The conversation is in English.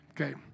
Okay